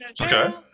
Okay